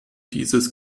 dieses